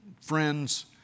friends